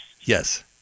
Yes